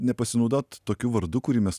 nepasinaudot tokiu vardu kurį mes